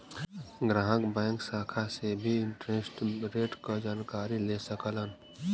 ग्राहक बैंक शाखा से भी इंटरेस्ट रेट क जानकारी ले सकलन